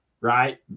right